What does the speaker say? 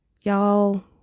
Y'all